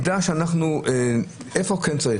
בסופו של דבר נדע איפה כן צריך.